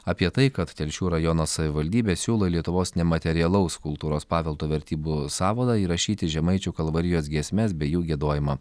apie tai kad telšių rajono savivaldybė siūlo į lietuvos nematerialaus kultūros paveldo vertybių sąvadą įrašyti žemaičių kalvarijos giesmes bei jų giedojimą